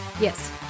Yes